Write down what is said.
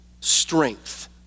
strength